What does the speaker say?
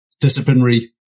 disciplinary